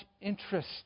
interest